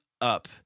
up